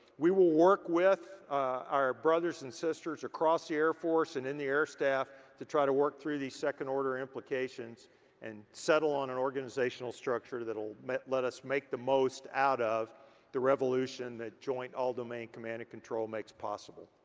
we will work with our brothers and sisters across the air force and in the air staff to try to work through these second order implications and settle on an organizational structure that'll let let us make the most out of the revolution that joint all-domain command and control makes possible.